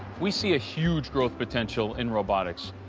we see a huge growth potential in robotics.